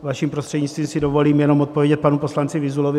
Vaším prostřednictvím si dovolím jenom odpovědět panu poslanci Vyzulovi.